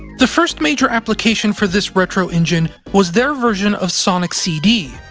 the first major application for this retro engine was their version of sonic cd,